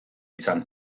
izan